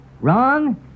Wrong